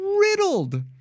riddled